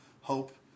hope